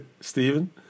Stephen